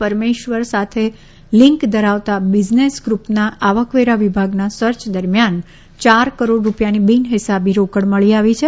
પરમેશ્વર સાથે લીન્ક ધરાવતા બિઝનેસ ગ્રપના આવકવેરા વિભાગના સર્ચ દરમ્યાન ચાર કરોડ રૂપિયાની બિનહિસાબી રોકડ મળી આવી છે